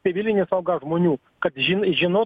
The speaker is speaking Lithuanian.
civilinė sauga žmonių kad žin žinotų